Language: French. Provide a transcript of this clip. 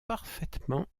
parfaitement